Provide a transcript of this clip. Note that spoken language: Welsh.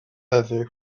heddiw